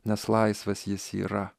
nes laisvas jis yra